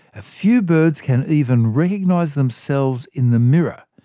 a few birds can even recognise themselves in the mirror,